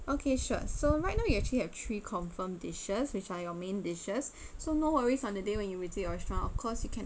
okay sure so right now you actually have three confirmed dishes which are your main dishes so no worries on the day when you visit our restaurant of course you can